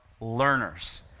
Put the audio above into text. learners